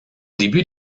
début